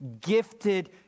gifted